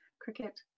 Cricket